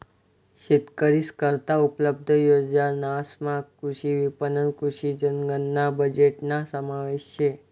शेतकरीस करता उपलब्ध योजनासमा कृषी विपणन, कृषी जनगणना बजेटना समावेश शे